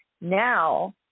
now